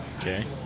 Okay